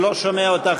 אני לא שומע אותך,